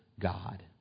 God